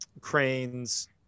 cranes